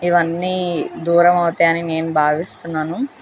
ఇవన్నీ దూరం అవుతాయని నేను భావిస్తున్నాను